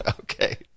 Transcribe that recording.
Okay